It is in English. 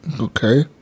Okay